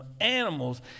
animals